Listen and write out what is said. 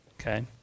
Okay